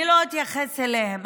אני לא אתייחס אליהם.